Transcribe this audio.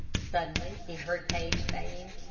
suddenly he heard paige saying,